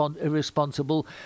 irresponsible